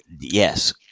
Yes